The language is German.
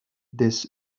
des